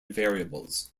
variables